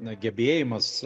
na gebėjimas